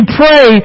pray